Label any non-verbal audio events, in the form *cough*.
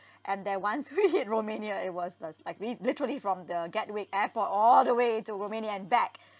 and then once we hit *laughs* romania it was was like li~ literally from the gatwick airport all the way to romania and back